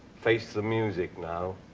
face the music now.